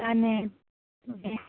कांदे फुडें